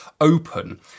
open